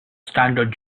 standard